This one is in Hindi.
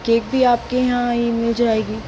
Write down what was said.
केक भी आपके यहाँ ही मिल जाएगी